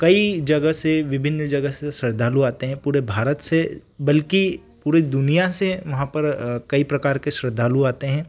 कई जगह से विभिन्न जगह से श्रद्धालु आते हैं पूरे भारत से बल्कि पूरे दुनिया से वहाँ पर कई प्रकार के श्रद्धालु आते हैं